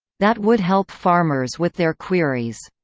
that would help farmers with their queries.